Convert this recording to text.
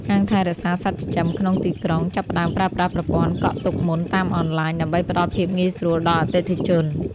ហាងថែរក្សាសត្វចិញ្ចឹមក្នុងទីក្រុង ចាប់ផ្តើមប្រើប្រាស់ប្រព័ន្ធកក់ទុកមុនតាមអនឡាញ ដើម្បីផ្តល់ភាពងាយស្រួលដល់អតិថិជន។